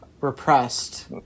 repressed